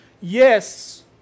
Yes